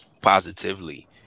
positively